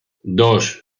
dos